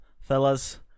fellas